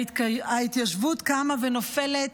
"ההתיישבות קמה ונופלת